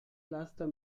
laster